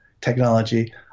technology